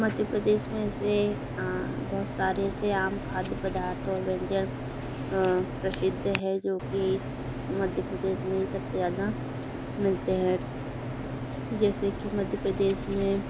मध्य प्रदेश में ऐसे बहुत सारे से आम खाद्य पदार्थ और व्यंजन प्रसिद्ध हैं जो कि इस मध्य प्रदेश में ही सबसे ज़्यादा मिलते हैं जैसे कि मध्य प्रदेश में